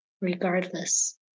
regardless